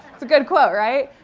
it's a good quote, right?